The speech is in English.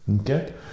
okay